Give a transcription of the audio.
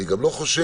אני גם לא חושב